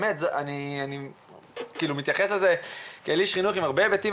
אני מתייחס לזה כאיש חינוך עם הרבה היבטים